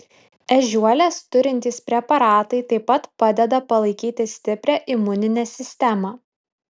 ežiuolės turintys preparatai taip pat padeda palaikyti stiprią imuninę sistemą